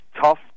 tough